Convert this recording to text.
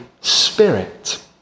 Spirit